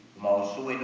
most